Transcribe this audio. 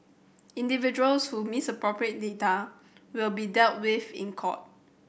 individuals who misappropriate data will be dealt with in court